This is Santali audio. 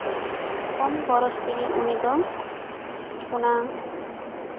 ᱠᱚᱢ ᱠᱷᱚᱨᱚᱪ ᱛᱮᱜᱮ ᱩᱱᱤ ᱫᱚ ᱚᱱᱟ